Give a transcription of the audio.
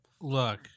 Look